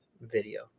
video